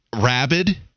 rabid